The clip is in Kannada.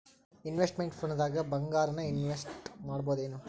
ಇನ್ವೆಸ್ಟ್ಮೆನ್ಟ್ ಫಂಡ್ದಾಗ್ ಭಂಗಾರಾನ ಇನ್ವೆಸ್ಟ್ ಮಾಡ್ಬೊದೇನು?